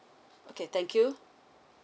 okay thank you